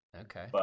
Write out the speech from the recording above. Okay